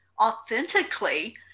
authentically